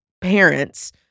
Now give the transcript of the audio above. parents